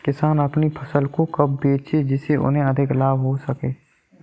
किसान अपनी फसल को कब बेचे जिसे उन्हें अधिक लाभ हो सके?